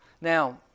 Now